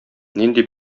нинди